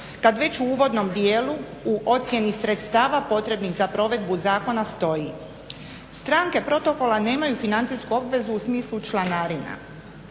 kada već u uvodnom dijelu u ocjeni sredstava potrebnih za provedbu zakona stoji "Stranke protokola nemaju financijsku obvezu u smislu članarina",